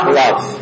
love